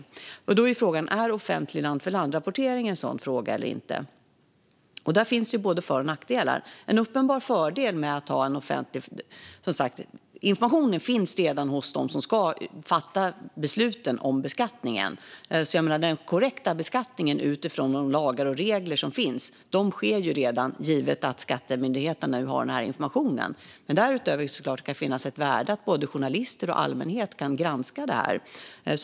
Då är frågan: Är offentlig land-för-land-rapportering en sådan fråga eller inte? Det finns både för och nackdelar. Informationen finns redan hos dem som ska fatta besluten om beskattningen. Den korrekta beskattningen utifrån de lagar och regler som finns görs redan givet att skattemyndigheterna nu har denna information. Därutöver kan det såklart finnas ett värde i att journalister och allmänhet kan granska detta.